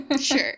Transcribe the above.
sure